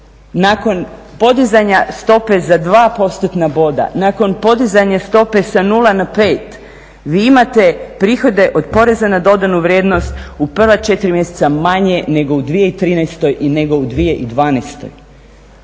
Nakon podizanja stope za 2 postotna boda, nakon podizanja stope sa 0 na 5 vi imate prihode od PDV-a u prva 4 mjeseca manje nego u 2013. i nego u 2012.